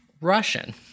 Russian